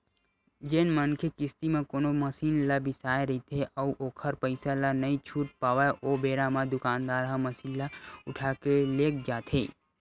जेन मनखे किस्ती म कोनो मसीन ल बिसाय रहिथे अउ ओखर पइसा ल नइ छूट पावय ओ बेरा म दुकानदार ह मसीन ल उठाके लेग जाथे